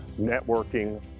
networking